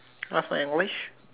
how's my English